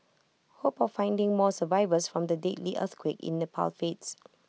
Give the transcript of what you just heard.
hope of finding more survivors from the deadly earthquake in pal fades